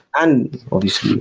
and obviously,